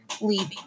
leaving